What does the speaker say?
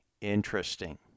interesting